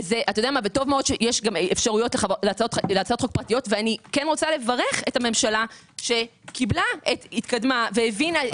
וטוב מאוד שיש אפשרויות לפרטיות ואני מברכת את הממשלה שהתקדמה והבינה.